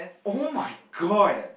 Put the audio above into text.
oh-my-god